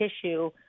tissue